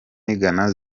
ghana